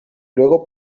luego